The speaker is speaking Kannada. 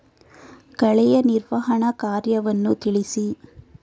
ಕಳೆಯ ನಿರ್ವಹಣಾ ಕಾರ್ಯವನ್ನು ತಿಳಿಸಿ?